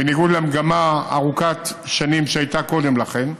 בניגוד למגמה ארוכת שנים שהייתה קודם לכן.